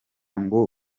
ngo